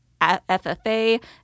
FFA